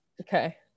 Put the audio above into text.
okay